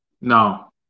No